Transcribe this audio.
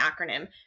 acronym